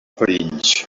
perills